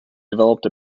developed